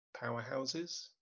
powerhouses